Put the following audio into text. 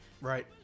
Right